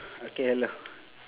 okay hello